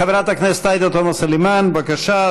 חברת הכנסת עאידה תומא סלימאן, בבקשה.